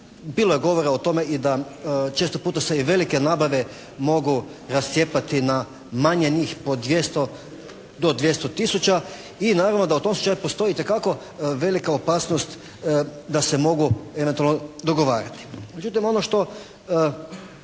Bilo je govora o tome da i često puta se i velike nabave mogu rascijepati na manje njih, po 200 do 200 tisuća i naravno da o tom postoji dakako velika opasnost da se mogu eventualno dogovarati.